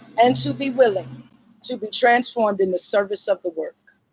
and to be willing to be transformed in the service of the work.